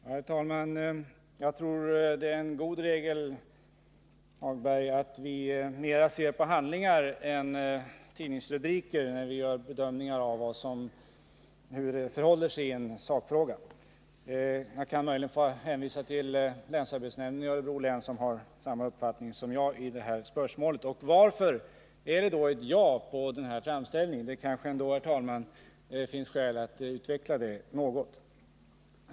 Herr talman! Jag tror det är en god regel, Helge Hagberg, att vi mera ser till de reella beslutshandlingarna än till tidningsartiklar när vi gör bedömningar av hur det förhåller sig i en sakfråga. Jag kan också hänvisa till länsarbetsnämnden i Örebro län, som har samma uppfattning som jag i detta spörsmål. Varför är det då ett ja till denna framställning? Det kanske, herr talman, finns skäl att något utveckla det.